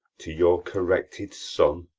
to your corrected son?